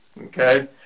Okay